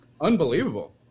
Unbelievable